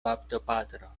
baptopatro